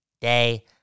day